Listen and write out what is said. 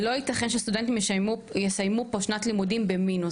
לא ייתכן שסטודנטים יסיימו פה שנת לימודים במינוס.